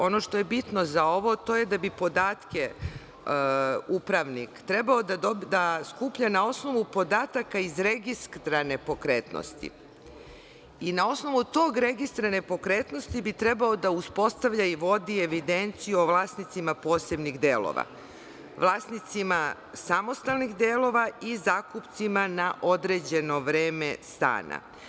Ono što je bitno za ovo, to je da bi podatke upravnik trebao da skuplja na osnovu podataka iz registra nepokretnosti i na osnovu tog registra nepokretnosti bi trebao da uspostavlja i vodi evidenciju o vlasnicima posebnih delova, vlasnicima samostalnih delova i zakupcima na određeno vreme stana.